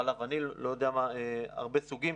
חלב וניל והרבה סוגים.